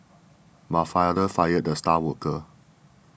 my father fired the star worker